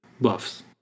buffs